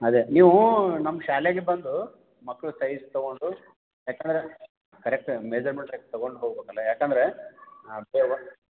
ಅದೇ ನೀವು ನಮ್ಮ ಶಾಲೆಗೆ ಬಂದು ಮಕ್ಳ ಸೈಜ್ ತೊಗೊಂಡು ಯಾಕಂದ್ರೆ ಕರೆಕ್ಟ್ ಮೆಜರ್ಮೆಂಟ್ ತಗೊಂಡು ಹೋಗಬೇಕಲ್ಲ ಯಾಕಂದರೆ ಅದು